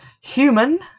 human